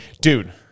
Dude